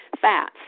Fats